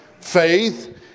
faith